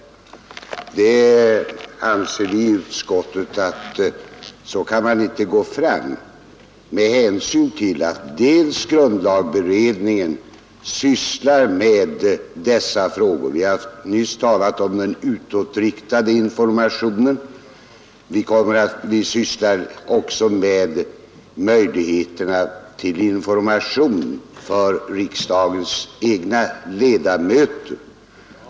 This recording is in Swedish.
Inom utskottet anser vi att så kan man inte gå till väga med hänsyn till att grundlagberedningen sysslar med dessa frågor. Vi har nyss talat om den utåtriktade informationen, och grundlagberedningen undersöker också möjligheterna till information för riksdagens egna ledamöter.